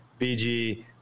BG